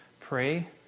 pray